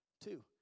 Two